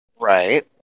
Right